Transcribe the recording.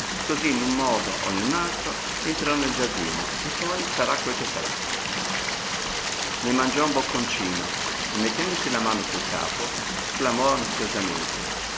così in un modo o in un altro entrerò nel giardino e poi sarà quel che sarà ne mangiò un bocconcino e mettendosi la mano sul capo sclamò ansiosamente